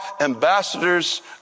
ambassadors